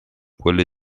quelle